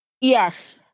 Yes